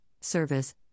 service